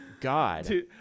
God